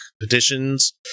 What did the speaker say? petitions